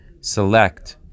select